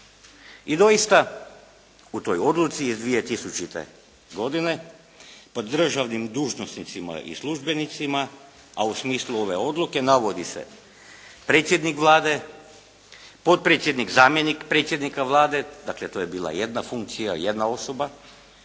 I doista, u toj odluci iz 2000. godine pod državnim dužnosnicima i službenicima a u smislu ove odluke navodi se predsjednik Vlade, potpredsjednik zamjenik predsjednika Vlade, dakle to je bila jedna funkcija, jedna osoba,